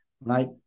right